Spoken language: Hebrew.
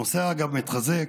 הנושא, אגב, מתחזק,